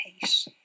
hate